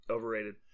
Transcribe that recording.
Overrated